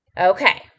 Okay